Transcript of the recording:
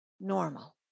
normal